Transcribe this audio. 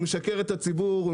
הוא משקר לציבור,